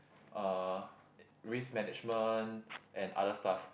uh risk management and other stuff